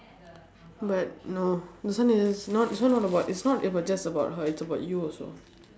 but no this one is not this one not about it's not just about her it's about you also